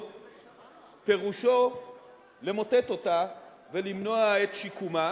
פירושו למוטט אותה ולמנוע את שיקומה,